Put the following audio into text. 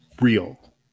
real